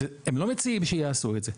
הם לא מציעים שיעשו את זה.